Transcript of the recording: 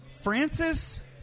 Francis